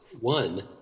One